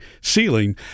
ceiling